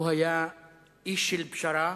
הוא היה איש של פשרה,